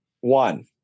One